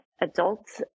adult